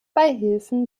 beihilfen